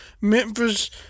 Memphis